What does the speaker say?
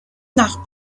nach